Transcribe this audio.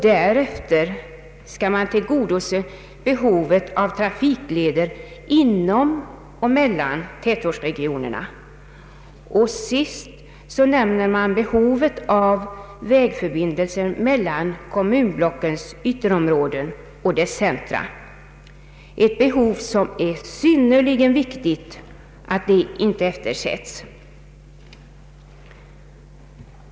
Därefter skall behovet av trafikleder inom och mellan tätortsregionerna tillgodoses. Sist nämns behovet av vägförbindelser mellan kommunblockens ytterområden och deras centra, ett behov som verkligen inte får eftersättas.